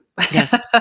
yes